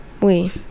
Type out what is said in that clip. Oui